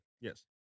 Yes